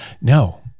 No